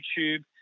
YouTube